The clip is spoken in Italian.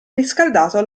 riscaldato